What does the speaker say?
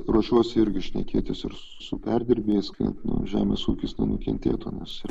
ruošiuosi irgi šnekėtis ir su perdirbėjais kad nu žemės ūkis nenukentėtų nes ir